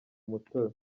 umutobe